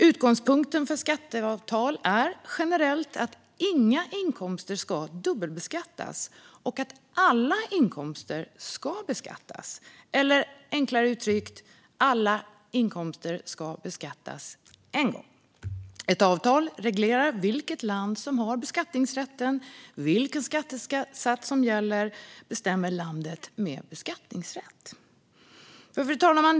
Utgångspunkten för skatteavtal är generellt att inga inkomster ska dubbelbeskattas och att alla inkomster ska beskattas, eller enklare uttryckt: Alla inkomster ska beskattas en gång. Ett avtal reglerar vilket land som har beskattningsrätten. Vilken skattesats som gäller bestämmer landet med beskattningsrätt. Fru talman!